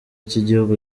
cy’igihugu